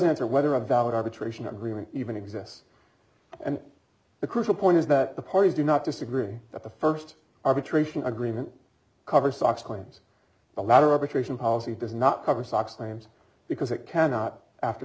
answer whether a valid arbitration agreement even exists and the crucial point is that the parties do not disagree that the st arbitration agreement cover stocks claims the latter arbitration policy does not cover sox claims because it cannot after